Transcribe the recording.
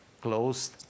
Closed